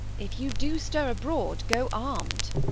if you do stir abroad, go arm'd.